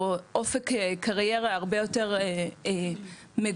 או אופק קריירה הרבה יותר מגובש,